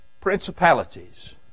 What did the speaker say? principalities